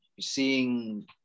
seeing